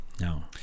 No